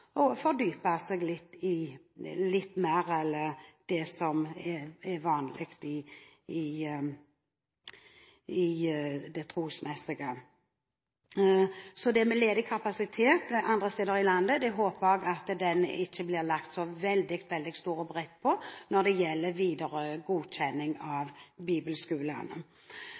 seg litt mer enn det som er vanlig. Så det med ledig kapasitet andre steder i landet håper jeg ikke blir lagt så veldig stor vekt på når det gjelder den videre godkjenning av bibelskolene.